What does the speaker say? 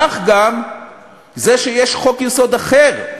כך גם זה שיש חוק-יסוד אחר,